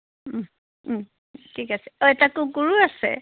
ঠিক আছে অ এটা কুকুৰো আছে